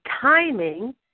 timing